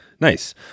Nice